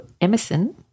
Emerson